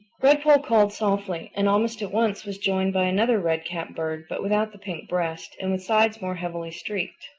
redpoll called softly and almost at once was joined by another red-capped bird but without the pink breast, and with sides more heavily streaked.